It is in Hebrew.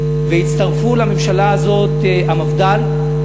והצטרפו לממשלה הזאת המפד"ל,